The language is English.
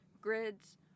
grids